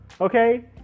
okay